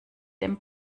dem